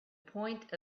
point